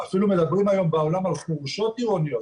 אפילו מדברים היום בעולם על חורשות עירוניות.